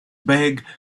bag